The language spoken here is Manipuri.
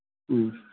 ꯎꯝ